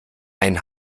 ein